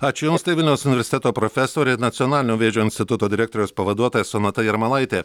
ačiū jums tai vilniaus universiteto profesorė nacionalinio vėžio instituto direktoriaus pavaduotoja sonata jarmalaitė